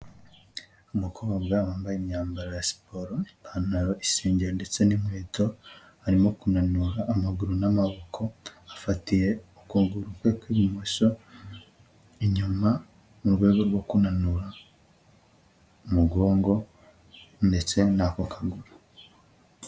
Umukobwa wambaye imyambaro ya siporo, ipantaro, isengeri ndetse n'inkweto, arimo kunanura amaguru n'amaboko, afatiye ukuguru kwe kw'ibumoso inyuma, mu rwego rwo kunanura umugongo ndetse nako kaguru.